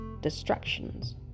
distractions